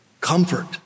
comfort